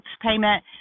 payment